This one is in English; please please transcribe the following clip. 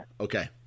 okay